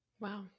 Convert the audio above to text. Wow